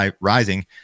rising